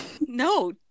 No